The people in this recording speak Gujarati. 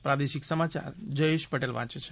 પ્રાદેશિક સમાચાર જયેશ પટેલ વાંચે છે